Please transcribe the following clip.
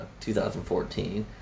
2014